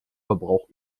verbrauch